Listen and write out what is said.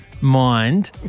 mind